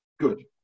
Good